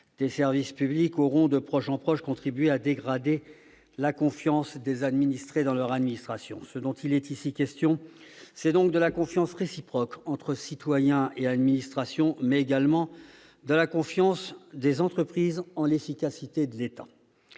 des services publics auront, de proche en proche, contribué à dégrader la confiance des administrés dans leur administration. Il est ici question de la confiance réciproque entre citoyens et administration, mais également de la confiance des entreprises en l'efficacité de l'État.